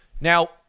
Now